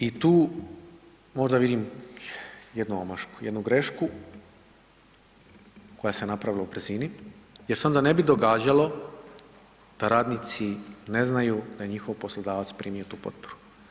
I tu možda vidim jednu omašku, jednu grešku koja se napravila u brzinu jer se onda ne bi događalo da radnici ne znaju da je njihov poslodavac primio tu potporu.